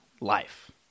life